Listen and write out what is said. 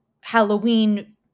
Halloween